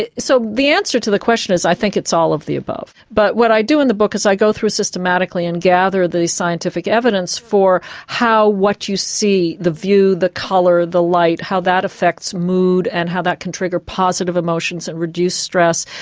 so the answer to the question is, i think, it's all of the above. but what i do in the book, i go through systematically and gather the the scientific evidence for how what you see the view, the colour, the light how that affects mood and how that can trigger positive emotions and reduce stress.